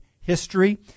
History